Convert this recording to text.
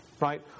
right